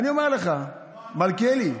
אני אומר לך, מלכיאלי,